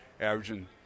averaging